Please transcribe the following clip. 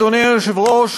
אדוני היושב-ראש,